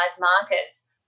markets